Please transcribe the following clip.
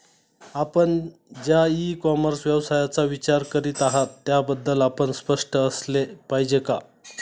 आपण ज्या e commerce व्यवसायाचा विचार करीत आहात त्याबद्दल आपण स्पष्ट असले पाहिजे का?